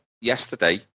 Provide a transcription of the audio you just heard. yesterday